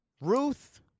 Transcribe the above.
Ruth